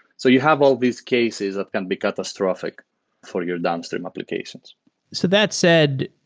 so you have all these cases that can be catastrophic for your downstream applications so that said,